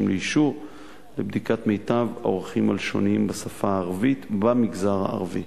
לאישור לבדיקת מיטב העורכים הלשוניים בשפה הערבית במגזר הערבי.